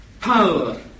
power